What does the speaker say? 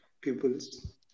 pupils